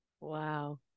Wow